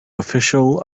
official